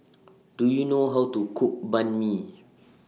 Do YOU know How to Cook Banh MI